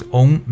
own